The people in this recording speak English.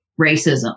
racism